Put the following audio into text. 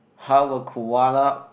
how a Koala